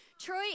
Troy